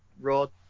rod